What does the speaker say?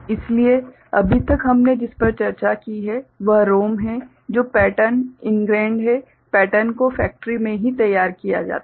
इसलिए अभी तक हमने जिस पर चर्चा की है वह ROM है जो पैटर्न इंग्रैंड है पैटर्न को फैक्ट्री में ही तैयार किया जाता है